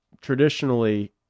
traditionally